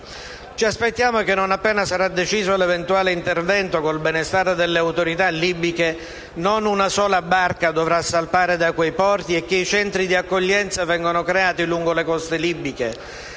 Ci aspettiamo che, non appena sarà deciso l'eventuale intervento, col benestare delle autorità libiche, non una sola barca dovrà salpare da quei porti e che i centri di accoglienza vengano creati lungo le coste libiche.